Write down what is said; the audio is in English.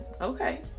okay